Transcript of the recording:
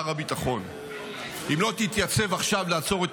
שר הביטחון: אם לא תתייצב עכשיו לעצור את